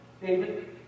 David